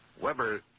Weber